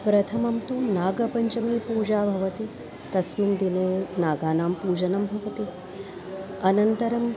प्रथमं तु नागपञ्चमीपूजा भवति तस्मिन् दिने नागानां पूजनं भवति अनन्तरं